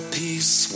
peace